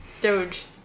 doge